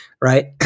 right